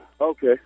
Okay